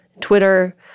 Twitter